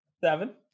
seven